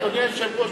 אדוני היושב-ראש,